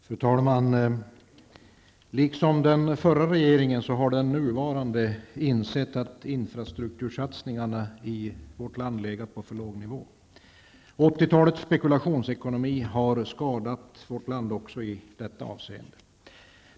Fru talman! Liksom den förra regeringen har den nuvarande insett att infrastruktursatsningarna i vårt land har legat på för låg nivå. 80-talets spekulationsekonomi har skadat vårt land också i detta avseende.